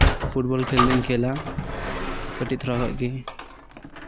football ᱠᱷᱮᱞ ᱫᱚᱧ ᱠᱷᱮᱞᱟ ᱠᱟᱹᱴᱤᱡ ᱛᱷᱚᱨᱟ ᱠᱷᱚᱡ ᱜᱮ